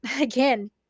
again